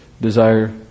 desire